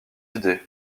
idées